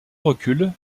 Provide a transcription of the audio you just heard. recul